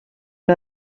the